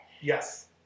Yes